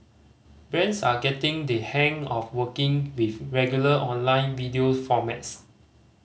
brands are getting the hang of working with regular online video formats